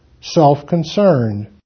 self-concerned